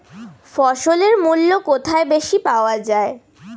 ফসলের মূল্য কোথায় বেশি পাওয়া যায়?